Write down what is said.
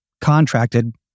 contracted